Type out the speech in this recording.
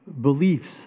beliefs